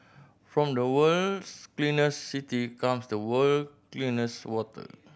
from the world's cleanest city comes the world's cleanest water